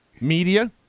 media